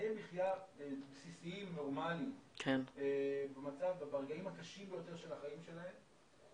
תנאי מחיה בסיסיים נורמליים ברגעים הקשים ביותר של החיים שלהם.